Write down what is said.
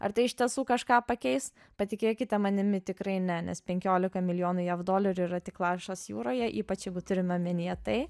ar tai iš tiesų kažką pakeis patikėkite manimi tikrai ne nes penkiolika milijonų jav dolerių yra tik lašas jūroje ypač jeigu turime omenyje tai